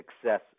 success